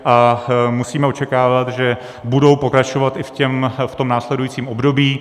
A musíme očekávat, že budou pokračovat i v následujícím období.